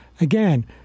again